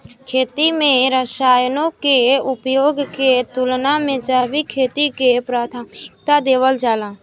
खेती में रसायनों के उपयोग के तुलना में जैविक खेती के प्राथमिकता देवल जाला